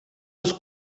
als